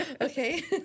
Okay